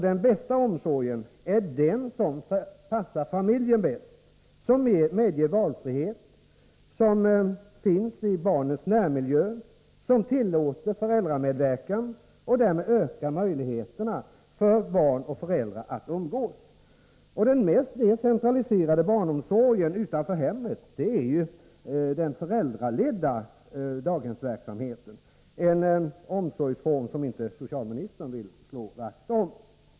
Den bästa omsorgen är den som passar familjen bäst, som medger valfrihet, som finns i barnens närmiljö, som tillåter föräldramedverkan och därmed större möjligheter för barn och föräldrar att umgås. Den mest decentraliserade barnomsorgen utanför hemmet är den föräldraledda daghemsverksamheten, en omsorgsform som inte socialministern vill slå vakt om.